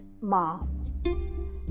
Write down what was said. mom